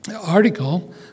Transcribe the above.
article